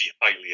highly